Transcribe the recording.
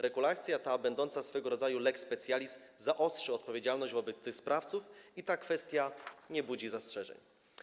Regulacja ta, będąca swego rodzaju lex specialis, zaostrzy odpowiedzialność tych sprawców i ta kwestia nie budzi zastrzeżeń.